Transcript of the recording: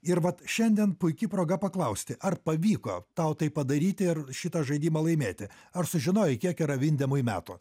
ir vat šiandien puiki proga paklausti ar pavyko tau tai padaryti ar šitą žaidimą laimėti ar sužinojai kiek yra vindemui metų